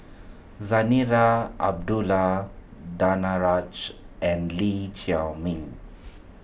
Zarinah Abdullah Danaraj and Lee Chiaw Meng